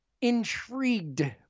intrigued